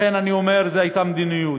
לכן אני אומר: זאת הייתה מדיניות.